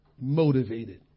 motivated